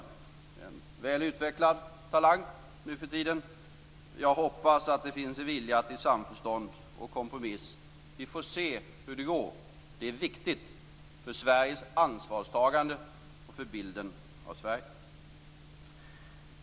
Det är en väl utvecklad talang nu för tiden. Jag hoppas att det finns vilja till samförstånd och kompromiss. Vi får se hur det går. Det är viktigt för Sveriges ansvarstagande och för bilden av Sverige.